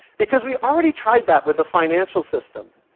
because we already tried that with the financial system,